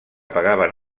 pagaven